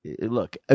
Look